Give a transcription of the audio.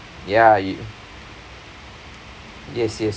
ya you yes yes